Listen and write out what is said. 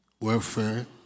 welfare